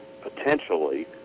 potentially